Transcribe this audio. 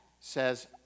says